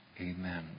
Amen